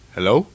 Hello